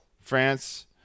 France